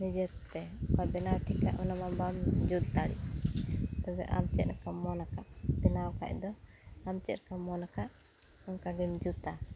ᱱᱤᱡᱮᱛᱮ ᱚᱠᱟ ᱵᱮᱱᱟᱣ ᱴᱷᱤᱠᱼᱟᱜ ᱚᱱᱟᱢᱟ ᱵᱟᱢ ᱡᱩᱛ ᱫᱟᱲᱮᱜ ᱛᱚᱵᱮ ᱟᱢ ᱫᱮᱫᱞᱮᱠᱟᱢ ᱢᱚᱱᱟᱠᱟᱫ ᱵᱮᱱᱟᱣ ᱠᱷᱟᱱᱫᱚ ᱟᱢ ᱪᱮᱫᱞᱮᱠᱟ ᱢᱚᱱ ᱟᱠᱟᱫ ᱚᱱᱠᱟᱜᱮᱢ ᱡᱩᱛᱟ